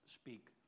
speak